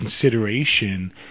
consideration